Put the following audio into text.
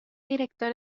director